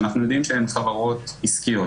שאנחנו יודעים שהן חברות עסקיות,